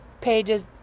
pages